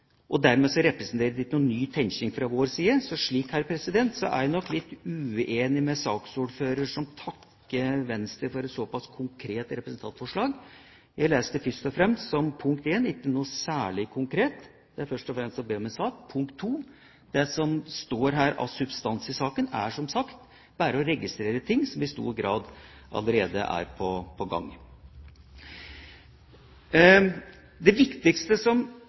og lærerorganisasjoner, har satt i gang med å utvikle. Dermed representerer det ikke noen ny tenkning sett fra vår side, så slik sett er jeg nok litt uenig med saksordføreren som takker Venstre for et såpass konkret representantforslag. Jeg leser det først og fremst slik, punkt 1, at en ikke er noe særlig konkret, det er først og fremst å be om en sak, og, punkt 2, at det som står av substans i saken, som sagt bare er å registrere ting som i stor grad allerede er på gang. Det viktigste